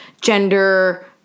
gender